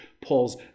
Paul's